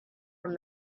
from